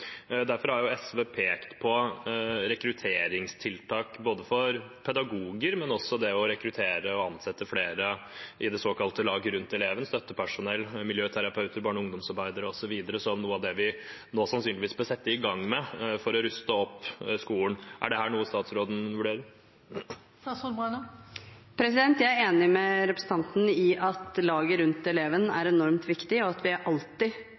Derfor har SV pekt på rekrutteringstiltak for pedagoger, men også det å rekruttere og ansette flere i det såkalte laget rundt eleven – støttepersonell, miljøterapeuter, barne- og ungdomsarbeidere osv. – som noe av det vi nå sannsynligvis bør sette i gang med for å ruste opp skolen. Er det noe statsråden vurderer? Jeg er enig med representanten i at laget rundt eleven er enormt viktig, og at vi alltid